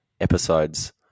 episodes